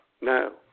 No